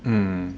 mmhmm